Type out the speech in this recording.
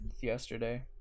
yesterday